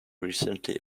recently